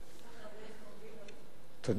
לגמור, קומבינות.